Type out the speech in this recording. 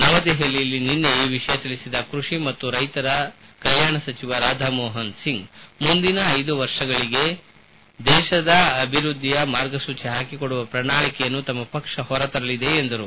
ನವದೆಹಲಿಯಲ್ಲಿ ನಿನ್ನೆ ಈ ವಿಷಯ ತಿಳಿಸಿದ ಕೃಷಿ ಮತ್ತು ರೈತರ ಕಲ್ಕಾಣ ಸಚಿವ ರಾಧಾ ಮೋಹನ್ ಸಿಂಗ್ ಮುಂದಿನ ಐದು ವರ್ಷಗಳಿಗೆ ದೇಶದ ಅಭಿವೃದ್ದಿಯ ಮಾರ್ಗಸೂಚಿ ಹಾಕಿಕೊಡುವ ಪ್ರಣಾಳಿಕೆಯನ್ನು ತಮ್ಮ ಪಕ್ಷ ಹೊರತರಲಿದೆ ಎಂದರು